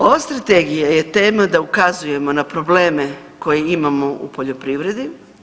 Ova Strategija je tema da ukazujemo na probleme koje imamo u poljoprivredi.